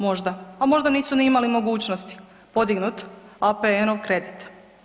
Možda, a možda nisu ni imali mogućnosti podignuti APN-ov kredit.